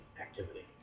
activity